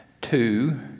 two